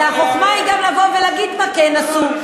אלא החוכמה היא גם לבוא ולהגיד מה כן עשו.